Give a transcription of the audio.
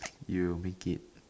you'll make it